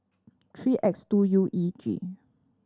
three X two U E G